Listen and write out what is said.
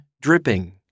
dripping